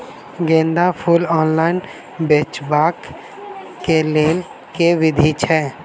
गेंदा फूल ऑनलाइन बेचबाक केँ लेल केँ विधि छैय?